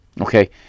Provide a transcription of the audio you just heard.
okay